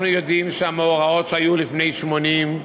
אנחנו יודעים שהמאורעות שהיו לפני 80,